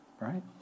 right